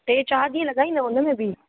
टे चारि ॾींहं लॻाईंदव हुन में बि